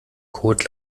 code